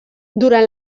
durant